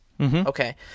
Okay